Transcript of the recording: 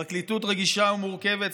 פרקליטות רגישה ומורכבת,